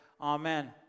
Amen